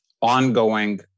ongoing